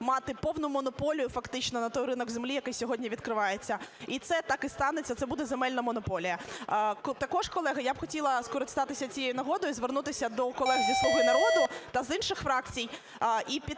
мати повну монополію фактично на той ринок землі, який сьогодні відкривається. І це так і станеться, це буде земельна монополія. Також, колеги, я б хотіла скористатися цієї нагодою і звернутися до колег зі "Слуги народу" та з інших фракцій і піти разом